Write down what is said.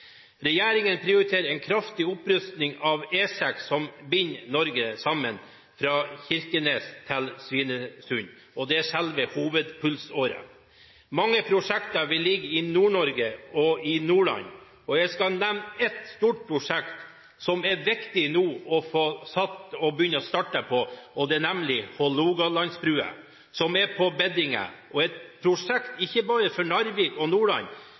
Regjeringen prioriterer en kraftig opprusting av E6, som binder Norge sammen fra Kirkenes til Svinesund. Den er selve hovedpulsåren. Mange prosjekter vil ligge i Nord-Norge – og i Nordland. Jeg skal nevne et stort prosjekt som det nå er viktig å starte på, nemlig Hålogalandsbrua. Den er på beddingen. Dette er ikke et prosjekt bare for Narvik og for Nordland,